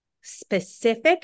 specific